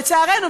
לצערנו,